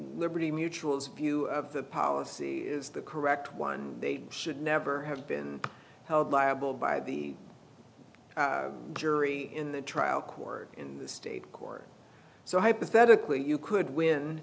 liberty mutual's view of the policy is the correct one they should never have been held liable by the jury in the trial court in the state court so hypothetically you could win